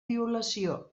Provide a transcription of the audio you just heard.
violació